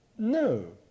No